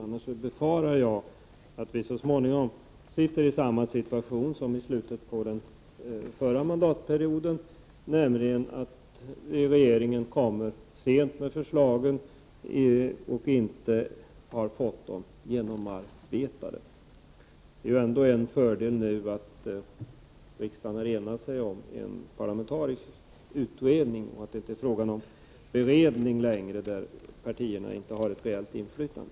Jag befarar att vi annars snart befinner oss i samma situation som under den förra mandatperioden, nämligen att regeringen lägger fram sina förslag sent och innan de är genomarbetade. En fördel nu är att riksdagen har enats om en parlamentarisk utredning. Det är således inte längre fråga om beredning där partierna inte har ett reellt inflytande.